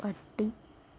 പട്ടി